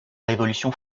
révolution